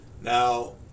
Now